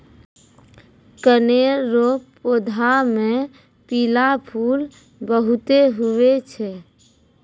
कनेर रो पौधा मे पीला फूल बहुते हुवै छै